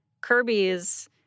Kirby's